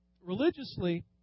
Religiously